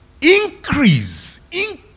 Increase